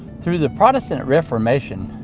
through the protestant reformation,